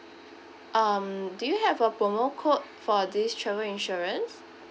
um do you have a promo code for this travel insurance